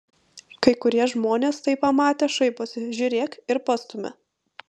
kai kurie žmonės tai pamatę šaiposi žiūrėk ir pastumia